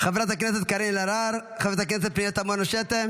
חברת הכנסת קארין אלהרר; חברת הכנסת פנינה תמנו שטה,